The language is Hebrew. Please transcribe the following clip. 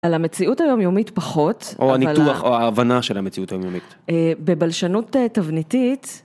על המציאות היומיומית פחות, או הניתוח או ההבנה של המציאות היומיומית, בבלשנות תבניתית.